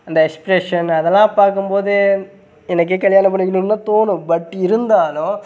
அந்த எக்ஸ்ப்ரெஷன் அதெல்லாம் பார்க்கும் போது எனக்கே கல்யாணம் பண்ணிக்கணுந்தான் தோணும் பட் இருந்தாலும்